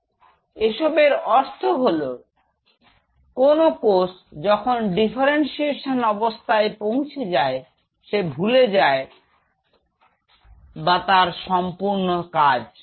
এসবের অর্থ হল কোন কোষ যখন ডিফারেন্সিয়েশন অবস্থায় পৌঁছে যায় সে ভুলে যায় বা সম্পূর্ণভাবে তার কাজ